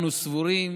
אנו סבורים